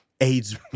AIDS